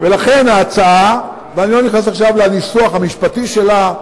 לכן ההצעה, ואני לא נכנס עכשיו לניסוח המשפטי שלה,